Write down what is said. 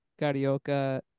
carioca